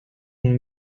and